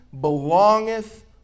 Belongeth